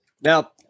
Now